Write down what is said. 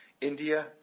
India